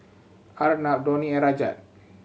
Arnab Dhoni and Rajat